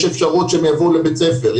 יש אפשרות שהם יגיעו לבית הספר,